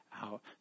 out